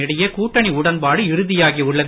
இடையே கூட்டணி உடன்பாடு இறுதியாகி உள்ளது